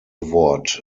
wort